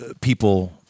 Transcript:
people